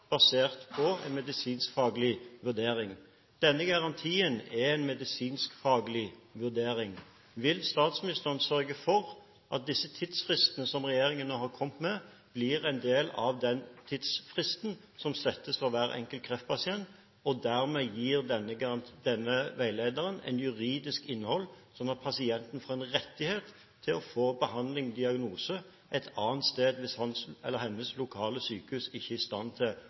basert på en medisinskfaglig vurdering. Denne garantien er en medisinskfaglig vurdering. Vil statsministeren sørge for at disse tidsfristene som regjeringen nå har kommet med, blir en del av den tidsfristen som settes for hver enkelt kreftpasient, og dermed gir denne veilederen et juridisk innhold, slik at pasienten får en rettighet til å få diagnose og behandling et annet sted hvis hans eller hennes lokale sykehus ikke er i stand til